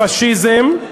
פאשיזם,